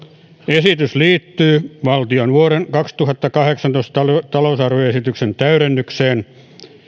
esitys liittyy valtion vuoden kaksituhattakahdeksantoista talousarvioesityksen täydennykseen